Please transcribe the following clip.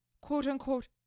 quote-unquote